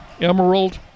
Emerald